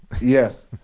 Yes